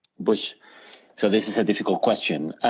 but so this is a difficult question.